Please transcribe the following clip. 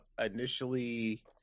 initially